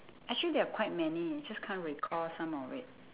actually there are quite many just can't recall some of it